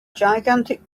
gigantic